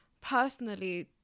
personally